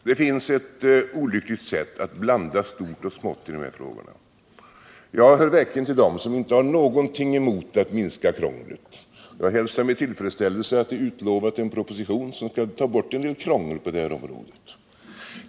Det finns ett olyckligt sätt att blanda stort och smått i de här frågorna. Jag hör verkligen till dem som inte har någonting emot att minska krånglet, och jag hälsar med tillfredsställelse att det är utlovat en proposition som skall ta bort en del krångel på det här området.